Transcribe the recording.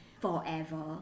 forever